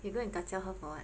you go and kacau her for what